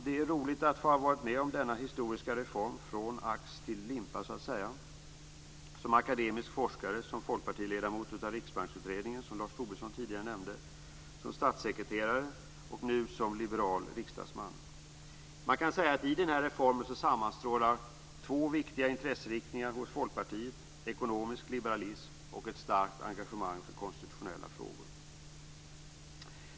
Det är roligt att ha fått vara med om denna historiska reform från ax till limpa så att säga: som akademisk forskare, som folkpartiledamot av Riksbanksutredningen, som Lars Tobisson tidigare nämnde, som statssekreterare och nu som liberal riksdagsman. Man kan säga att i den här reformen sammanstrålar två viktiga intresseriktningar hos Folkpartiet: ekonomisk liberalism och ett starkt engagemang för konstitutionella frågor.